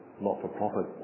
not-for-profit